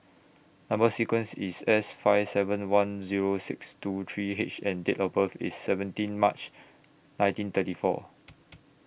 Number sequence IS S five seven one Zero six two three H and Date of birth IS seventeen March nineteen thirty four